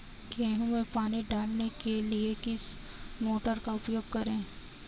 गेहूँ में पानी डालने के लिए किस मोटर का उपयोग करें?